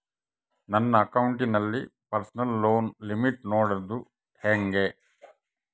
ನನ್ನ ಅಕೌಂಟಿನಲ್ಲಿ personal loan limit ನೋಡದು ಹೆಂಗೆ?